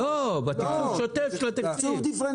לא, בתקצוב שוטף של התקציב.